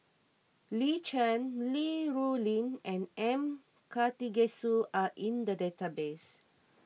Lin Chen Li Rulin and M Karthigesu are in the database